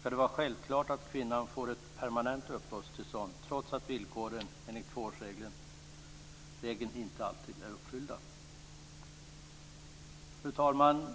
skall det vara självklart att kvinnan får ett permanent uppehållstillstånd trots att villkoren enligt tvåårsregeln inte alltid är uppfyllda. Fru talman!